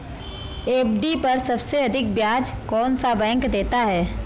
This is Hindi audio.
एफ.डी पर सबसे अधिक ब्याज कौन सा बैंक देता है?